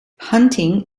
hunting